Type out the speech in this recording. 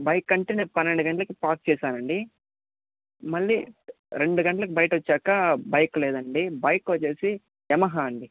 bike అంటే నేను పన్నెండు గంటలకి పార్క్ చేసానండి మళ్ళీ రెండు గంటలకి బయటకి వచ్చాక బైక్ లేదండి బైక్ వచ్చేసి యమహా అండి